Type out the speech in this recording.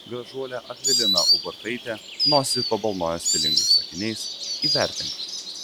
gražuolė akvilina ubartaitė nosį pabalnojo stilingais akiniais įvertink